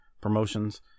promotions